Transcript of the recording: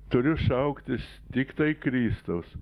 turiu šauktis tiktai kristaus